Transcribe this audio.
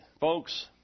folks